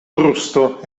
brusto